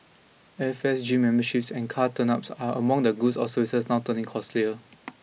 airfares gym memberships and car tuneups are among the goods or services now turning costlier